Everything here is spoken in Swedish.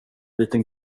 liten